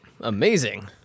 Amazing